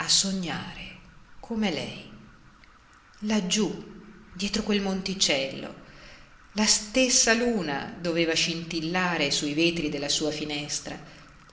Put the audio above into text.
a sognare come lei laggiù dietro quel monticello la stessa luna doveva scintillare sui vetri della sua finestra